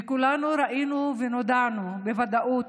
כולנו ראינו, ונודע לנו בוודאות,